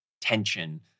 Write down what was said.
tension